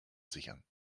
sichern